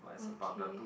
okay